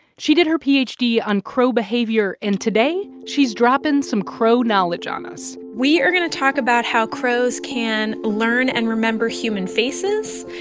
she did her ph d. on crow behavior. and today, she's dropping some crow knowledge on us we are going to talk about how crows can learn and remember human faces,